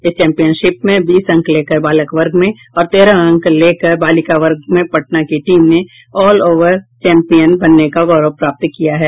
इस चैंपियनशिप में बीस अंक लेकर बालक वर्ग में और तेरह अंक लेकर बालिका वर्ग में पटना की टीम ने ओवलऑल चैंपियन बनने का गौरव प्राप्त किया है